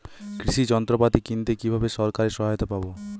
কৃষি যন্ত্রপাতি কিনতে কিভাবে সরকারী সহায়তা পাব?